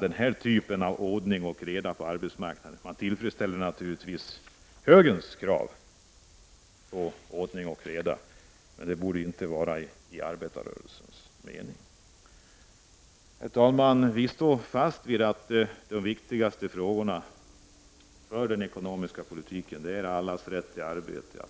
den typen av ordning och reda på arbetsmarknaden. Herr talman! Vi står fast vid att den viktigaste frågan för den ekonomiska politiken är allas rätt till arbete.